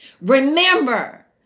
Remember